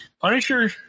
Punisher